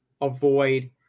avoid